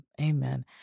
Amen